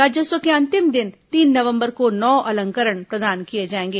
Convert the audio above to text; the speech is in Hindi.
राज्योत्सव के अंतिम दिन तीन नवंबर को नौ अलंकरण प्रदान किए जाएंगे